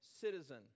citizen